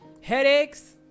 headaches